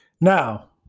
Now